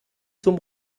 zum